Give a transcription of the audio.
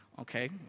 Okay